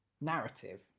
narrative